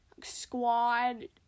Squad